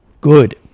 Good